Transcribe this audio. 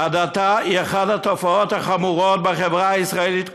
"הדתה היא אחת התופעות החמורות בחברה הישראלית כיום,